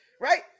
right